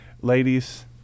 ladies